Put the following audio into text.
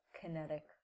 kinetic